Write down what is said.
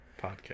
podcast